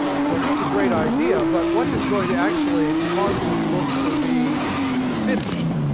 so this is a great idea, but what is going to actually cause this book to be finished.